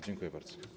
Dziękuję bardzo.